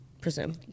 Presume